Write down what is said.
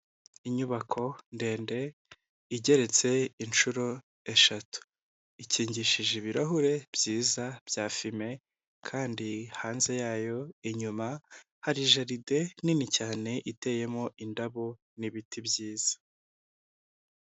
Inyubako ndende igeretse inshuro eshatu, ikingishije ibirahure byiza bya fime, kandi hanze yayo, inyuma hari jaride, nini cyane iteyemo indabo n'ibiti byiza.